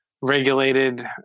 regulated